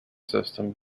system